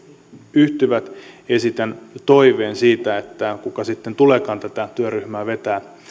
yhtyvät toiveen siitä että kuka sitten tuleekaan tätä työryhmää vetämään